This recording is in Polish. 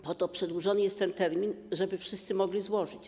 Po to przedłużony jest ten termin, żeby wszyscy mogli złożyć.